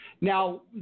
Now